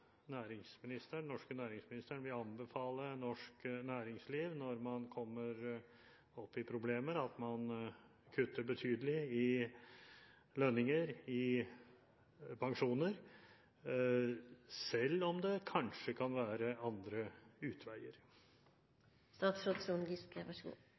vil anbefale norsk næringsliv når man kommer opp i problemer, at man kutter betydelig i lønninger og i pensjoner, selv om det kanskje kan være andre utveier?